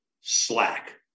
slack